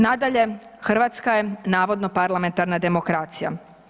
Nadalje, Hrvatska je navodno parlamentarna demokracija.